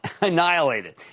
annihilated